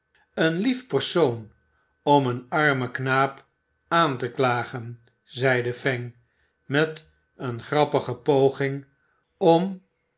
een lief persoon om een armen knaap aan te klagen zeide fang met eene grappige poging om